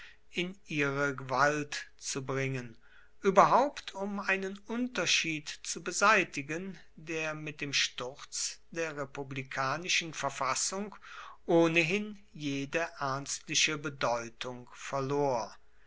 in ihre gewalt zu bringen überhaupt um einen unterschied zu beseitigen der mit dem sturz der republikanischen verfassung ohnehin jede ernstliche bedeutung verlor